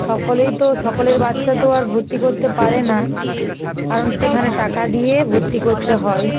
সকলেই তো সকলের বাচ্চা তো আর ভর্তি করতে পারে না কারণ সেখানে টাকা দিয়ে ভর্তি করতে হয়